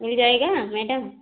मिल जाएगा मैडम